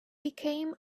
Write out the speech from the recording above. became